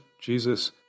Jesus